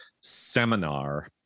seminar